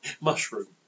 Mushroom